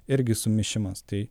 irgi sumišimas tai